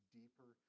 deeper